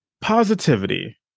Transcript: positivity